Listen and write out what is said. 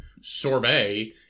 Sorbet